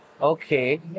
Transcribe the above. okay